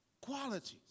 qualities